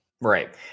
right